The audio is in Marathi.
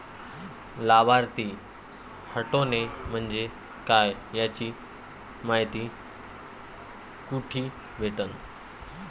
लाभार्थी हटोने म्हंजे काय याची मायती कुठी भेटन?